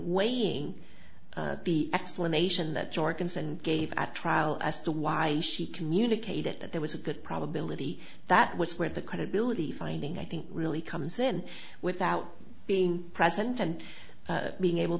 weighing the explanation that jorgensen gave at trial as to why he communicated that there was a good probability that was with the credibility finding i think really comes in without being present and being able